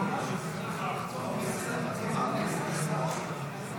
53 לחלופין ב לא נתקבלה.